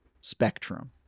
spectrum